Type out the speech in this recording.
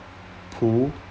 pool